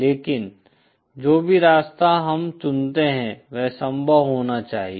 लेकिन जो भी रास्ता हम चुनते हैं वह संभव होना चाहिए